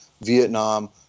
Vietnam